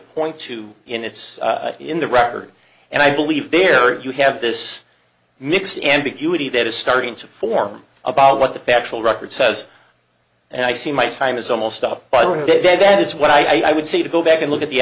point to in its in the record and i believe there you have this mix ambiguity that is starting to form about what the factual record says and i see my time is almost up by the day that is what i would say to go back and look at the